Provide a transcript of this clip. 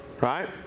right